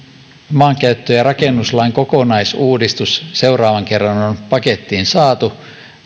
maankäyttö ja rakennuslain kokonaisuudistus seuraavan kerran on pakettiin saatu